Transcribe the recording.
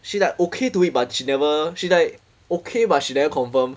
she like okay to it but she never she like okay but she never confirm